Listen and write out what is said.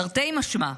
תרתי משמע.